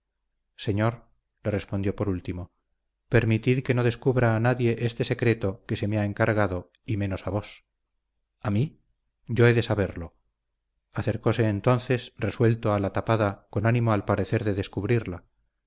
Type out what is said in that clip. señor le respondió por último permitid que no descubra a nadie este secreto que se me ha encargado y menos a vos a mí yo he de saberlo acercóse entonces resuelto a la tapada con ánimo al parecer de descubrirla